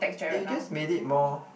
eh you just made it more